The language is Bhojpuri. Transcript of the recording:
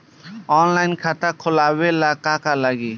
ऑनलाइन खाता खोलबाबे ला का का लागि?